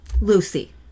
Lucy